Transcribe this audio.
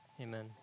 Amen